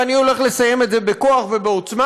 ואני הולך לסיים את זה בכוח ובעוצמה.